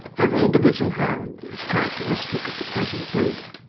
every individual hound is characteristic of the present breed,